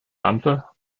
lampe